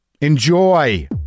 Enjoy